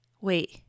wait